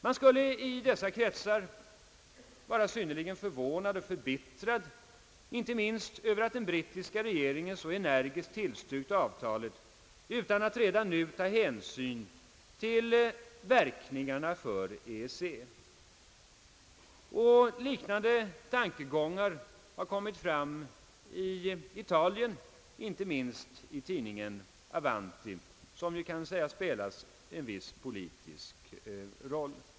Man skulle i dessa kretsar vara synnerligen förvånad och förbittrad, inte minst över att den brittiska regeringen så energiskt tillstyrkt avtalet utan att redan nu ta hänsyn till de ödesdigra verkningarna för EEC: Liknande tankegångar har kommit fram i Italien, inte minst i tidningen Avanti som ju kan sägas spela en viss politisk roll.